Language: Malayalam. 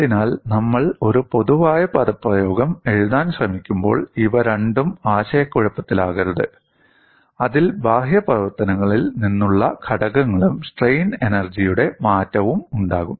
അതിനാൽ നമ്മൾ ഒരു പൊതുവായ പദപ്രയോഗം എഴുതാൻ ശ്രമിക്കുമ്പോൾ ഇവ രണ്ടും ആശയക്കുഴപ്പത്തിലാക്കരുത് അതിൽ ബാഹ്യ പ്രവർത്തനങ്ങളിൽ നിന്നുള്ള ഘടകങ്ങളും സ്ട്രെയിൻ എനർജിയുടെ മാറ്റവും ഉണ്ടാകും